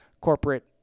Corporate